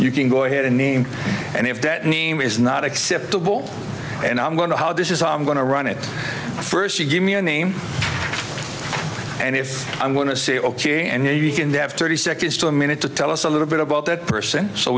you can go ahead and name and if that name is not acceptable and i'm going to how this is i'm going to run it first you give me a name and if i'm going to say ok and then you can they have twenty seconds to a minute to tell us a little bit about that person so